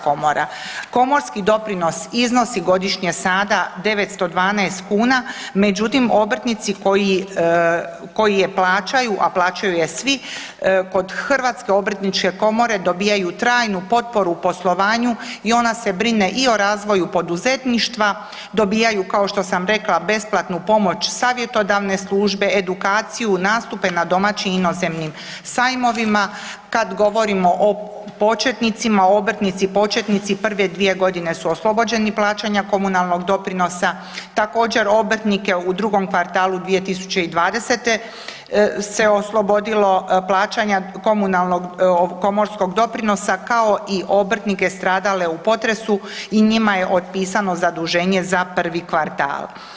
Komorski doprinosi iznosi godišnje sada 912 kn međutim obrtnici koji je plaćaju, a plaćaju je svi, kod HOK-a dobivaju trajnu potporu poslovanju i one se brine i o razvoju poduzetništva, dobivaju kao što sam rekla, besplatnu pomoć savjetodavne službe, edukaciju, nastupe na domaćim i inozemnim sajmovima, kad govorimo o početnicima, obrtnici početnici prve 2 g. su oslobođeni plaćanja komunalnog doprinosa, također obrtnike u drugom kvartalu 2020. se oslobodilo plaćanja komorskog doprinosa kao i obrtnike stradale u potresu i njima je otpisano zaduženje za prvi kvartal.